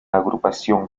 agrupación